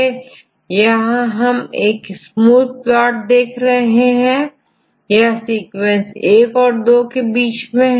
आप यहां एक स्मूथ प्लॉट देख रहे हैं यह सीक्वेंस 1 और 2 के बीच में है